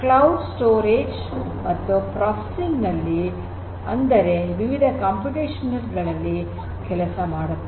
cloud storage ಮತ್ತು processing ನಲ್ಲಿ ಅಂದರೆ ವಿವಿಧ ಕಂಪ್ಯೂಟೇಷನಲ್ ಕೆಲಸಗಳಲ್ಲಿ ಸಹಕರಿಸುತ್ತದೆ